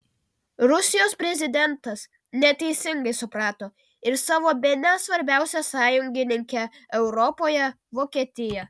rusijos prezidentas neteisingai suprato ir savo bene svarbiausią sąjungininkę europoje vokietiją